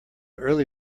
early